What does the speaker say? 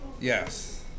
Yes